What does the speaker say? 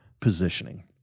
positioning